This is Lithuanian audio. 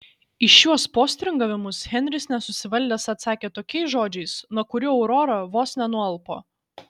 į šiuos postringavimus henris nesusivaldęs atsakė tokiais žodžiais nuo kurių aurora vos nenualpo